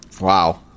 Wow